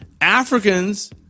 Africans